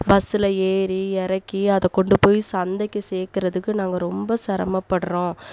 பஸ்ஸில் ஏறி இறக்கி அதை கொண்டு போய் சந்தைக்கு சேர்க்குறதுக்கு நாங்கள் ரொம்ப சிரமப்பட்றோம்